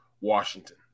Washington